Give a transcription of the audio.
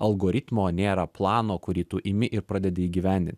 algoritmo nėra plano kurį tu imi ir pradedi įgyvendint